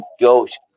ghost